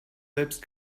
selbst